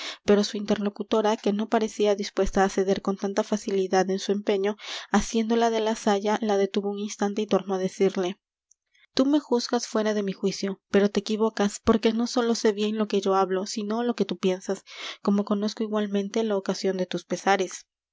pero su interlocutora que no parecía dispuesta á ceder con tanta facilidad en su empeño asiéndola de la saya la detuvo un instante y tornó á decirle tú me juzgas fuera de mi juicio pero te equivocas porque no sólo sé bien lo que yo hablo sino lo que tú piensas como conozco igualmente la ocasión de tus pesares